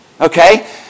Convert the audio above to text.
Okay